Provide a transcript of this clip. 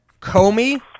Comey